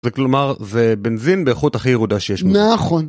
וכלומר זה בנזין באיכות הכי ירודה שיש נכון